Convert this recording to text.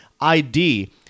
ID